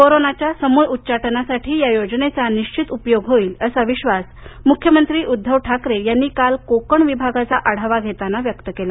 कोरोनाच्या समूळ उच्चाटनासाठी या योजनेचा निश्वित उपयोग होईल असा विश्वास मुख्यमंत्री उध्दव ठाकरे यांनी काल कोकण विभागाचा आढावा घेताना व्यक्त केला